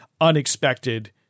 unexpected